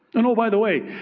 and oh, by the way,